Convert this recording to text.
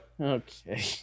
Okay